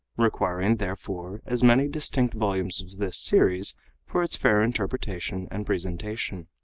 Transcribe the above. requiring, therefore, as many distinct volumes of this series for its fair interpretation and presentation.